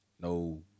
No